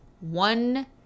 One